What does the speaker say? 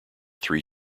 three